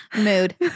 Mood